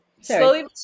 Slowly